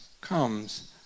comes